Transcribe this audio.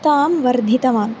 तां वर्धितवान्